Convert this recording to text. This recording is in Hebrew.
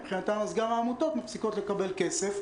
מבחינתם גם העמותות מפסיקות לקבל כסף.